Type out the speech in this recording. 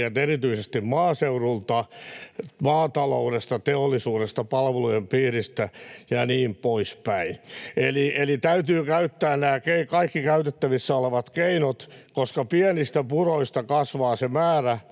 erityisesti maaseudulta, maataloudesta, teollisuudesta, palvelujen piiristä ja niin poispäin. Eli täytyy käyttää nämä kaikki käytettävissä olevat keinot, koska pienistä puroista kasvaa se määrä,